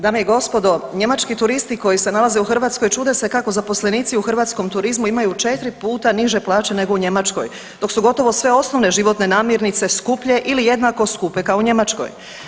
Dame i gospodo, njemački turisti koji se nalaze u Hrvatskoj čude se kako zaposlenici u hrvatskom turizmu imaju četiri puta niže plaće nego u Njemačkoj dok su gotovo sve osnovne životne namirnice skuplje ili jednako skupe kao u Njemačkoj.